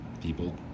people